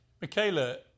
Michaela